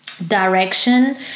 direction